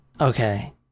okay